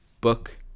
book